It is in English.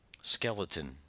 skeleton